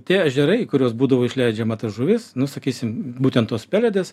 tie ežerai į kuriuos būdavo išleidžiama ta žuvis nu sakysim būtent tos peledės